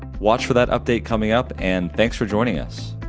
watch for that update coming up, and thanks for joining us.